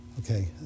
Okay